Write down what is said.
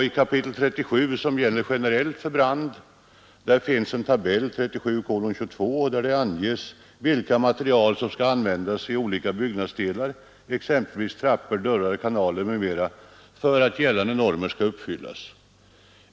I 37 kap. — som gäller generellt för brand — finns en tabell, 37:22, där det anges vilka material som skall användas i olika byggnadsdelar, t.ex. trappor, dörrar, kanaler m.m., för att gällande normer skall uppfyllas.